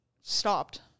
stopped